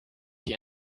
die